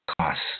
cost